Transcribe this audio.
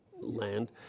land